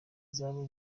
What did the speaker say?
zoba